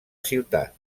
ciutat